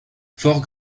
fort